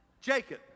Jacob